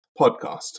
podcast